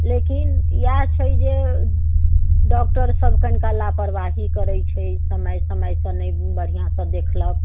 लेकिन इएह छै जे डॉक्टर सभ कनिका लापरवाही करैत छै समय समयसँ नहि बढ़िआँसँ देखलक